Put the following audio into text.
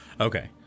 Okay